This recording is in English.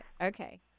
Okay